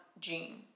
gene